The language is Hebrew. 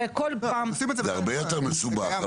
זה הרבה יותר מסובך,